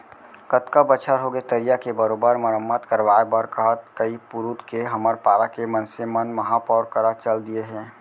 कतका बछर होगे तरिया के बरोबर मरम्मत करवाय बर कहत कई पुरूत के हमर पारा के मनसे मन महापौर करा चल दिये हें